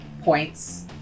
points